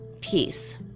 peace